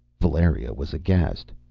valeria was aghast.